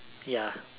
ya